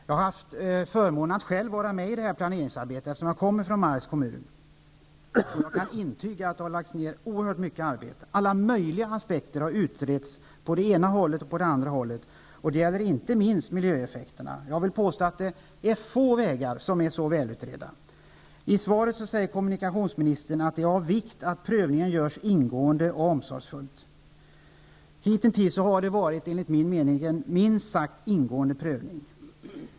Jag kommer själv från Marks kommun, och jag har haft förmånen att vara med i detta planeringsarbete. Jag kan intyga att det har lagts ned oerhört mycket arbete på detta. Alla möjliga aspekter har utretts på både det ena och det andra hållet. Det gäller inte minst miljöaspekterna. Jag vill påstå att få vägar är så välutredda. I svaret säger kommunikationsministern att det är av vikt att prövningen görs ingående och omsorgsfullt. Hitintills har det enligt min mening varit en minst sagt ingående prövning.